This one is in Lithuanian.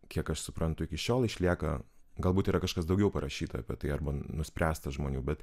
kiek aš suprantu iki šiol išlieka galbūt yra kažkas daugiau parašyta apie tai arba nuspręsta žmonių bet